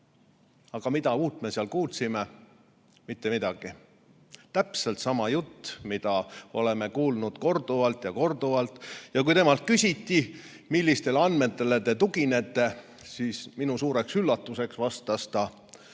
aga mida uut me kuulsime? Mitte midagi! Täpselt sama jutt, mida oleme kuulnud korduvalt ja korduvalt. Kui temalt küsiti, millistele andmetele ta tugineb, siis minu suureks üllatuseks vastas ta,